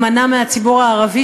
יימנע מהציבור הערבי,